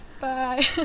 Bye